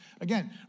again